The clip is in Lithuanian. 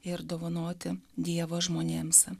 ir dovanoti dievą žmonėms